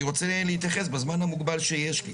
אני רוצה להתייחס רגע בזמן המוגבל שיש לי,